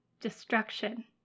destruction